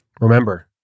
Remember